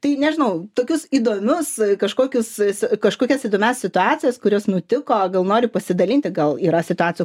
tai nežinau tokius įdomius kažkokius kažkokias įdomias situacijas kurios nutiko gal nori pasidalinti gal yra situacijų